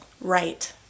Right